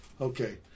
okay